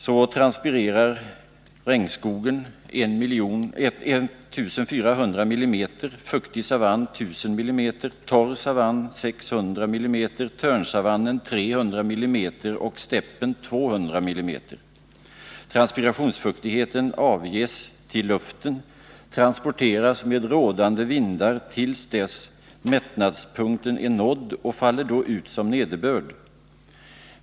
Så transpirerar regnskogen 1400 mm vatten, den fuktiga savannen 1000 mm, den torra savannen 600 mm, törnsavannen 300 mm och steppen 200 mm. Transpirationsfuktigheten avges till luften, transporteras med rådande vindar till dess att mättnadspunkten är nådd och faller då ut som nederbörd.